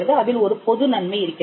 அதில் ஒரு பொது நன்மை இருக்கிறது